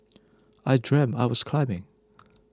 I dreamt I was climbing